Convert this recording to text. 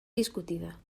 discutida